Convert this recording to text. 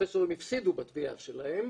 הפרופסורים הפסידו בתביעה שלהם.